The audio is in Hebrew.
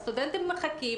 הסטודנטים מחכים,